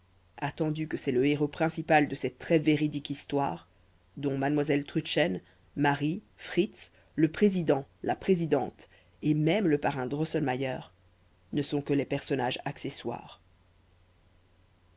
attendu que c'est le héros principal de cette très véridique histoire dont mademoiselle trudchen marie fritz le président la présidente et même le parrain drosselmayer ne sont que les personnages accessoires